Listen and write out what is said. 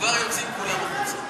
כבר יוצאים כולם החוצה.